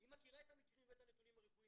היא מכירה את המקרים ואת הנתונים הרפואיים